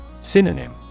Synonym